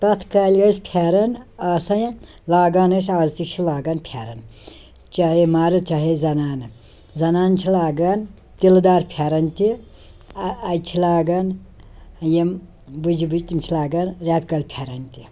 پتھ کالہِ ٲسۍ پھٮ۪رن آسان یا لاگان ٲسۍ آز تہِ چھِ لاگان پھٮ۪رن چاہے مرٕد چاہے زنانہٕ زنانہٕ چھِ لاگان تِلہٕ دار پھٮ۪رن تہِ اَ اَجہِ چھِ لاگان یِم بٕجہِ بٕجہِ تِم چھِ لاگان رٮ۪تہٕ کٲلۍ پھٮ۪رن تہِ